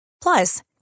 Plus